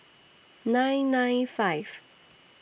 nine nine five